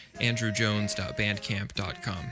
andrewjones.bandcamp.com